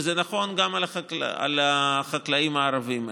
וזה נכון גם לחקלאים הערבים.